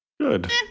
Good